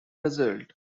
result